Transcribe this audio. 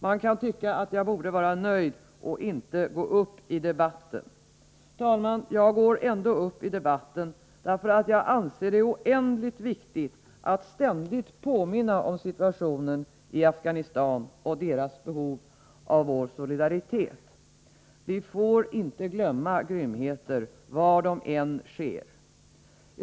Man kan tycka att jag borde vara nöjd och inte gå upp i debatten. Herr talman! Jag går ändå upp i debatten, därför att jag anser det oändligt viktigt att ständigt påminna om situationen i Afghanistan och om befolkningens behov av vår solidaritet. Vi får inte glömma grymheter, var de än sker.